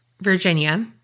Virginia